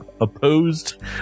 Opposed